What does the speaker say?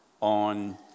on